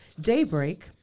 Daybreak